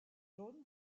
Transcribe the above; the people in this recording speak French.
jaunes